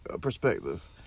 perspective